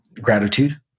gratitude